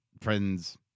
friends